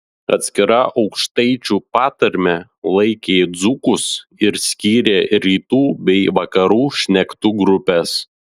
atskira aukštaičių patarme laikė dzūkus ir skyrė rytų bei vakarų šnektų grupes